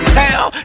town